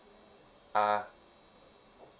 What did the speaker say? uh